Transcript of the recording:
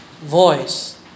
voice